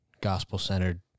gospel-centered